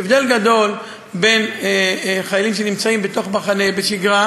יש הבדל גדול בין חיילים שנמצאים בתוך מחנה בשגרה